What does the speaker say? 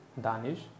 Danish